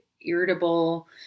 irritable